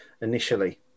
initially